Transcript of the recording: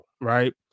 right